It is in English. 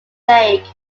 lake